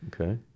Okay